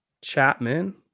Chapman